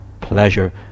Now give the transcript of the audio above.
pleasure